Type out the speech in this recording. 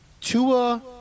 Tua